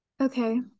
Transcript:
Okay